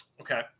Okay